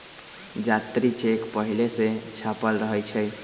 जात्री चेक पहिले से छापल रहै छइ